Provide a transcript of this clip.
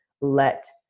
let